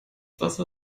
wasser